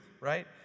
right